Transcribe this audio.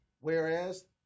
Whereas